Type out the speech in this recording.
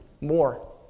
more